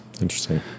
Interesting